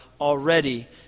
already